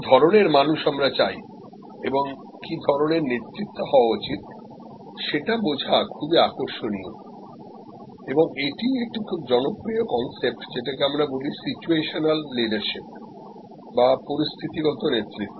কি ধরনের মানুষ আমরা চাই এবং কি ধরনের নেতৃত্ব হওয়া উচিতসেটা বোঝা খুবই আকর্ষণীয়এবং এটি একটি খুব জনপ্রিয় কনসেপ্ট যেটাকে আমরা বলি সিচুয়েশনাল লিডারশিপ বা পরিস্থিতিগত নেতৃত্ব